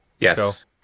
Yes